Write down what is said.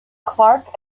clarke